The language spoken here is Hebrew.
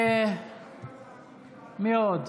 מי עוד?